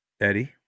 Eddie